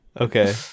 Okay